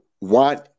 want